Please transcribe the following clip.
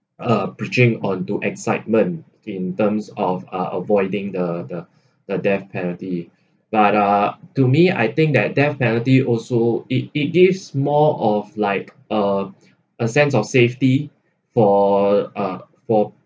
uh breaching onto excitement in terms of uh avoiding the the the death penalty but uh to me I think that death penalty also it it gives more of like uh a sense of safety for uh for